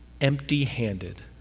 empty-handed